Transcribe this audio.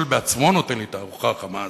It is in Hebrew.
בעצמו נותן לי את הארוחה החמה הזאת,